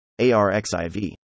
ARXIV